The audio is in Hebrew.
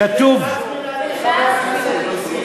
קנס מינהלי.